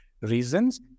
reasons